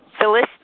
Phyllis